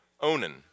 Onan